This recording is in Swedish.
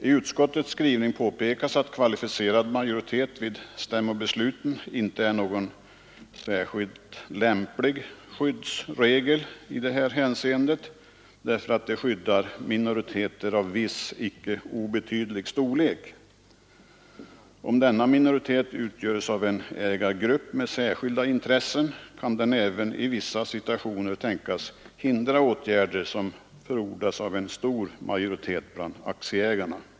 I utskottsmajoritetens skrivning påpekas att regler om kvalificerad majoritet vid stämmobesluten inte är särskilt lämpliga i detta hänseende därför att de skyddar minoriteter av viss icke obetydlig storlek. Om minoriteten utgörs av en ägargrupp med särskilda intressen kan den även i vissa situationer lyckas hindra åtgärder som förordas av en stor majoritet bland aktieägarna.